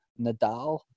Nadal